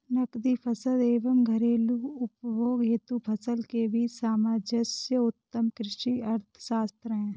नकदी फसल एवं घरेलू उपभोग हेतु फसल के बीच सामंजस्य उत्तम कृषि अर्थशास्त्र है